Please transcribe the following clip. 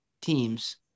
teams